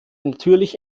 natürlich